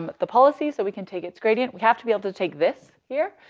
um the policy so we can take its gradient. we have to be able to take this here.